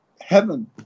heaven